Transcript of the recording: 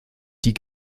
die